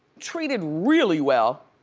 treated really well.